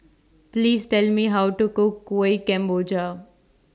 Please Tell Me How to Cook Kuih Kemboja